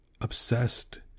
obsessed